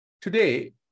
Today